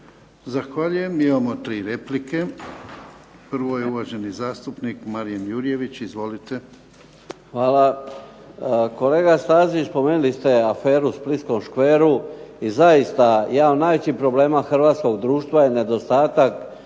Zahvaljujem. Imamo 3 replike. Prvo je uvaženi zastupnik Marin Jurjević, izvolite. **Jurjević, Marin (SDP)** Hvala. Kolega Stazić spomenuli ste aferu u splitskom škveru i zaista jedan od najvećih problema hrvatskog društva je nedostatak